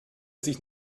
sich